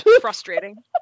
frustrating